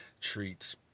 treats